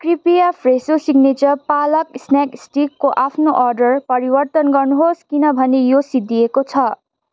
कृपया Fresho signature पालक snack स्टिक्सको आफ्नो अर्डर परिवर्तन गर्नुहोस् किनभने यो सिद्धिएको छ